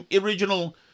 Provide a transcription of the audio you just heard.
original